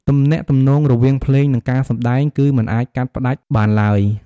ទំនាក់ទំនងរវាងភ្លេង និងការសម្តែងគឺមិនអាចកាត់ផ្តាច់បានឡើយ។